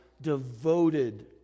devoted